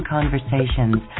Conversations